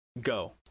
Go